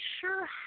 sure